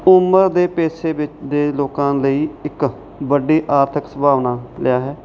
ਉਮਰ ਦੇ ਪੇਸ਼ੇ ਵਿੱਚ ਦੇ ਲੋਕਾਂ ਲਈ ਇੱਕ ਵੱਡੀ ਆਰਥਿਕ ਸੰਭਾਵਨਾ ਲਿਆ ਹੈ